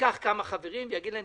ייקח כמה חברים ויגיד להם,